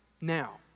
now